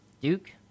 Duke